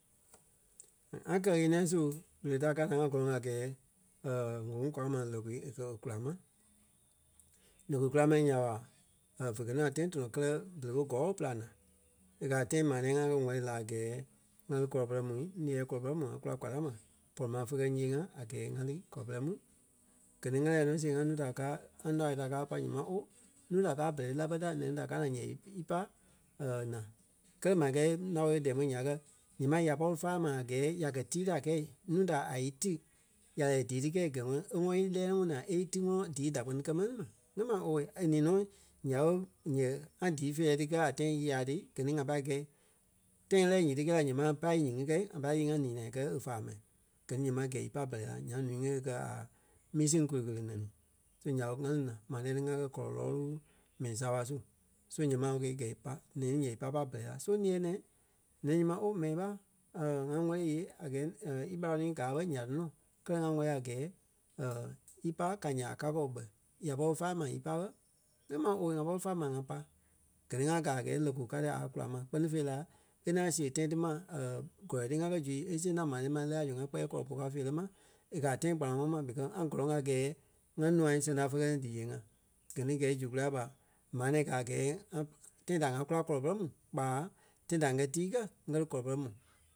ŋá kɛ-ɣeniɛi su berei ta kaa naa ŋa gɔlɔŋ a gɛɛ ŋ̀óŋ kɔlɔ ma lɔki e kɛ̀ kula ma. Lɔki kula ma nya ɓa vè kɛ ni a tãi tɔnɔ kɛlɛ berei ɓé gɔ́ɔ e pîlaŋ la. E kɛ̀ a tãi maa nɛ̃ɛ ŋá kɛ wɛli la a gɛɛ ŋa lí kɔlɔ pɛrɛ mu, ńiɛɛ kɔlɔ pɔrɔŋ mu ŋa kula kwaa ta ma pɔri ma fé kɛ ni ńyee-ŋa a gɛɛ ŋá lí kɔlɔ pɛrɛ mu. Gɛ ni ŋá lɛ́ɛ nɔ sée ŋa nuu da káa ŋa nao da káa pai ǹyɛɛ mai oooo, núu da káa bɛrɛ la bɛ ti ta nɛni da káa naa ǹyɛɛ í pai naa. Kɛ́lɛ m̀are kɛɛ nao é dɛɛ ḿbɔ nya ɓé kɛ́ ǹyɛɛ mai ya pɔri fáa ma a gɛɛ ya kɛ̀ tíi da kɛi núu da a í tí ya lɛ́ɛ dɛɛ ti kɛi gɛ ŋɔnɔ e ŋɔnɔ í lɛ́ɛ ŋɔnɔ naa e í tí ŋɔnɔ díi da kpɛni kɛ́ mɛni ma ńyɛɛ mai owei e ní nɔ nyaa ɓé ǹyɛɛ ŋá díi feerɛ ti kɛ́ a tãi nyii a ti gɛ ni ŋá pâi gɛ́i. Tãi ŋá lɛ́ɛ nyiti kɛi la ǹyɛɛ pâi í nyiŋi kɛ ŋa pai líi ŋá ninai kɛ́ e fáa ma. Gɛ ni ǹyɛɛ ma gɛi í pai bɛrɛ la nyaŋ ǹúu ŋí e kɛ̀ a misi kole ɣele nɛni. So nya ɓé ŋa lí naa maa tãi ti ŋá kɛ kɔlɔ lɔɔlu mɛi saaɓa su. So ǹyɛɛ ma ok gɛi í pai. Ǹɛni ǹyɛɛ í pai pâi bɛrɛ la. So ńiɛɛ nɛni ǹyɛɛ mai oo mɛni ɓa ŋá ŋwɛli a gɛɛ ímarâŋ gaa ɓé ya tɔnɔ kɛlɛ ŋa wɛ́li a gɛɛ ípai ká nyaa ka kɔɔ bɛ. Ya pɔri fáa ma í pai bɛ? Ńyɛɛ mai owei ŋá pɔri fáa ma ŋa pai. Gɛ ni ŋá gaa a gɛɛ lɔki kaa ti a kula ma kpɛ́ni fêi la e ŋaŋ siɣe tãi ti ma kɔlɔi ti ŋá kɛ́ zui e siɣe ŋaŋ maa tãi ti ma e lɛ́ɛ la zui ŋa kpɛɛ kɔlɔ puu káo feerɛ ma e kɛ̀ a tãi kpanaŋɔɔ ma because ŋa gɔlɔŋ a gɛɛ ŋa nûa sɛŋ ta fé kɛ ni díyee-ŋa. Gɛ ni gɛi zu kulâi ɓa maa nɛ̃ɛ ka a gɛɛ ŋa tãi da ŋá kula kɔlɔ pɔrɔŋ mu kpáa tãi da ŋ́gɛ tii kɛ ŋ́gɛ lí kɔlɔ pɔrɔŋ mu